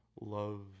love